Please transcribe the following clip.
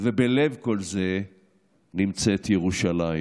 ובלב כל זה נמצאת ירושלים,